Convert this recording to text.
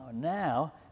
now